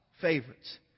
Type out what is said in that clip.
favorites